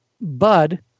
Bud